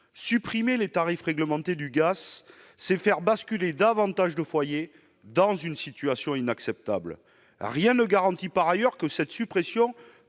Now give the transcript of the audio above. Supprimer les tarifs réglementés du gaz, c'est faire basculer davantage de foyers dans une situation inacceptable. Rien ne garantit par ailleurs que cette suppression